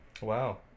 wow